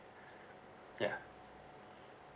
ya